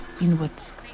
inwards